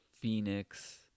Phoenix